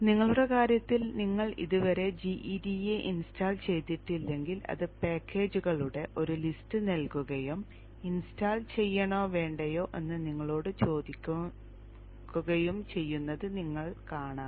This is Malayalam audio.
നിങ്ങളുടെ കാര്യത്തിൽ നിങ്ങൾ ഇതുവരെ gEDA ഇൻസ്റ്റാൾ ചെയ്തിട്ടില്ലെങ്കിൽ അത് പാക്കേജുകളുടെ ഒരു ലിസ്റ്റ് നൽകുകയും ഇൻസ്റ്റാൾ ചെയ്യണോ വേണ്ടയോ എന്ന് നിങ്ങളോട് ചോദിക്കുകയും ചെയ്യുന്നത് നിങ്ങൾക്ക് കാണാം